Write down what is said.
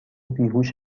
بیهوش